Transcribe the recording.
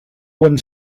one